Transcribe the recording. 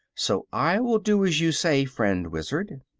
so i will do as you say, friend wizard.